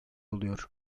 oluyor